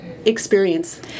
experience